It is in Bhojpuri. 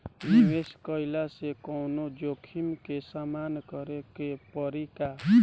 निवेश कईला से कौनो जोखिम के सामना करे क परि का?